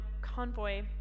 convoy